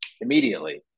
immediately